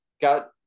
got –